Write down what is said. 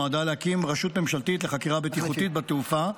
נועדה להקים רשות ממשלתית לחקירה בטיחותית בתעופה,